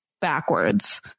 backwards